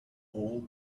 all